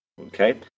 Okay